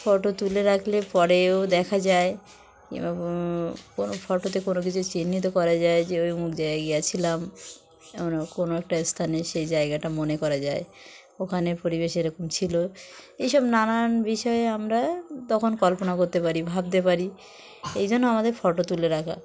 photo তুলে রাখলে পরেও দেখা যায় কিংবা কোনো ফটোতে কোনো কিছু চিহ্নিত করা যায় যে ওই অমুক জায়গায় গিয়েছিলাম কোনো একটা স্থানে সেই জায়গাটা মনে করা যায় ওখানে পরিবেশ এরকম ছিলো এইসব নানান বিষয়ে আমরা তখন কল্পনা করতে পারি ভাবতে পারি এই জন্য আমাদের ফটো তুলে রাখা